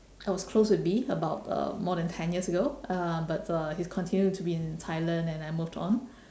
I was close with B about uh more than ten years ago uh but uh he continue to be in thailand and I moved on